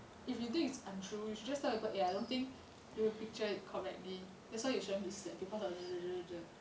if you think it's untrue you should just tell people eh I don't think you'd picture it correctly that's why shouldn't be sad because of